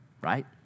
right